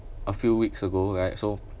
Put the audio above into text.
a few weeks ago right so